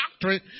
doctrine